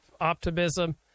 optimism